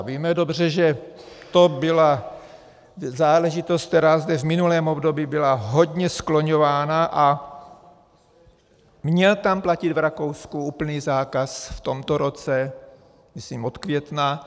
Víme dobře, že to byla záležitost, která zde v minulém období byla hodně skloňována, a měl platit v Rakousku úplný zákaz v tomto roce, myslím od května.